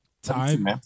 Time